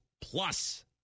plus